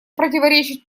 противоречат